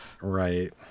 Right